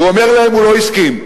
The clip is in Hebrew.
והוא אומר להם: הוא לא הסכים.